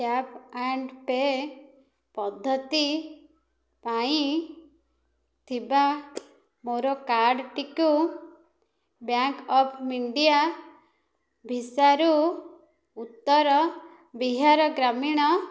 tap and pay ପଦ୍ଧତି ପାଇଁ ଥିବା ମୋର କାର୍ଡ୍ଟିକୁ ବ୍ୟାଙ୍କ୍ ଅଫ୍ ଇଣ୍ଡିଆ ଭିସାରୁ ଉତ୍ତର ବିହାର ଗ୍ରାମୀଣ